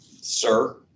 Sir